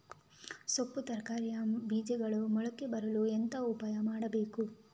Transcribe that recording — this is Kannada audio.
ಸೊಪ್ಪು ತರಕಾರಿಯ ಬೀಜಗಳು ಮೊಳಕೆ ಬರಲು ಎಂತ ಉಪಾಯ ಮಾಡಬೇಕು?